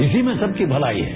इसी में सबकी भलाई है